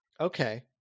okay